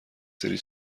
سری